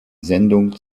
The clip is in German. sendung